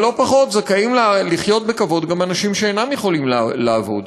אבל לא פחות זכאים לחיות בכבוד גם אנשים שאינם יכולים לעבוד,